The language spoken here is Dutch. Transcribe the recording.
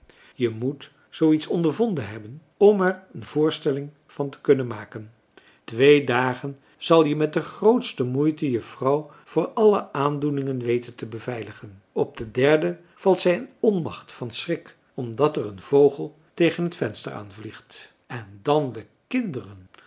je moet zoo iets ondervonden hebben om je er een voorstelling van te kunnen maken twee dagen zal je met de grootste moeite je vrouw voor alle aandoeningen weten te beveiligen op den derden valt zij in onmacht van schrik omdat er een vogel tegen het venster aanvliegt en dan de kinderen